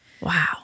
Wow